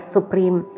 Supreme